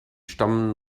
stammen